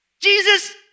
Jesus